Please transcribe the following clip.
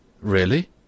Really